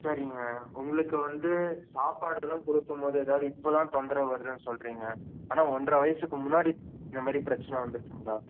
சரிங்க உங்களுக்கு வந்து சாப்பாடு ஏதா கொடுத்தும்மோது ஏதாவுது இப்போ தான் தொந்தரவு வருதுன்னு சொல்றீங்க ஆனால் ஒன்றரை வயசுக்கு முன்னாடி இந்த மாதிரி பிரச்சனை வந்திருக்குங்களா